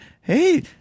Hey